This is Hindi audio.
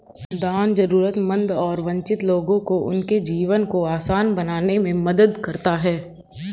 दान जरूरतमंद और वंचित लोगों को उनके जीवन को आसान बनाने में मदद करता हैं